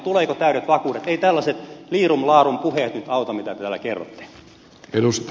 ei tällaiset liirumlaarum puheet nyt auta mitä te täällä kerrotte